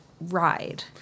ride